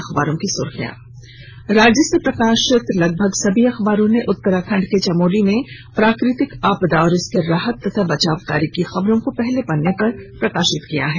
अखबारों की सुर्खियां राज्य से प्रकाशित होने वाले लगभग सभी अखबारों ने उत्तराखंड के चमोली में प्राकृतिक आपदा और इसके राहत बचाव कार्य की खबरों को पहले पन्ने पर प्रकाशित किया है